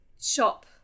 shop